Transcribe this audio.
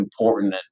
important